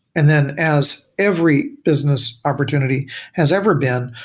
and then as every business opportunity has ever been,